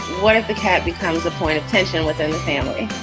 what if the cat becomes a point of tension within the family?